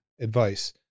advice